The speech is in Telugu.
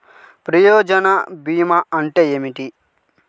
ప్రయోజన భీమా అంటే ఏమిటి?